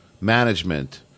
management